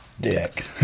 Dick